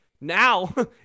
now